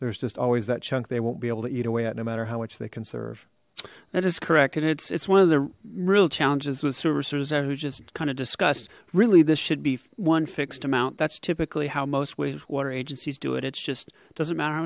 there's just always that chunk they won't be able to eat away at no matter how much they conserve that is correct and it's it's one of the real challenges with service or who's just kind of discussed really this should be one fixed amount that's typically how most wastewater agencies do it it's just doesn't matter how